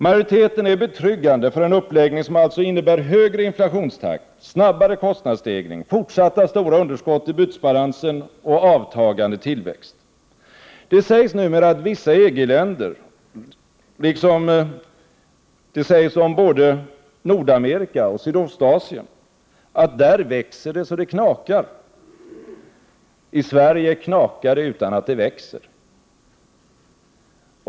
Majoriteten är betryggande för en uppläggning, som alltså innebär högre inflationstakt, snabbare kostnadsstegring, fortsatta stora underskott i bytesbalansen och avtagande tillväxt. Det sägs numera om vissa EG-länder liksom om både Nordamerika och Sydostasien att det där växer så det knakar. I Sverige knakar det utan att det växer.